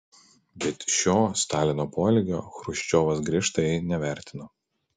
bet šio stalino poelgio chruščiovas griežtai nevertino